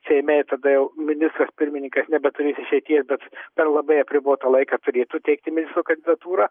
seime ir tada jau ministras pirmininkas nebeturės išeities bet per labai apribotą laiką turėtų teikti ministro kandidatūrą